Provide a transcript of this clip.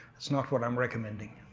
that's not what i'm recommending.